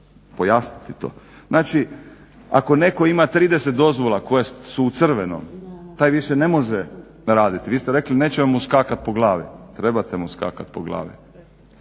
pojasniti to. Znači, ako netko ima 30 dozvola koje su u crvenom taj više ne može raditi, vi ste rekli nećemo mu skakati po glavi, trebate mu skakati po glavi,